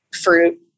fruit